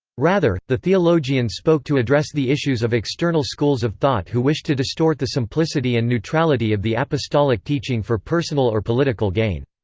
rather, the theologians spoke to address the issues of external schools of thought who wished to distort the simplicity and neutrality of the apostolic teaching for personal or political gain.